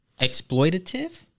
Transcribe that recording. exploitative